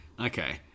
Okay